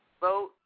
vote